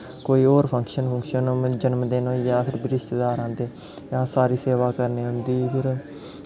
कोई होर function function जनम दिन होई गेआ फिर बी रिस्तेदार आंदे अस सारी सेवा करने उं'दी फिर